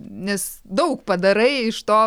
nes daug padarai iš to